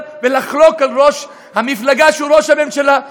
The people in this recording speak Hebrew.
ולחלוק על ראש המפלגה שהוא ראש הממשלה.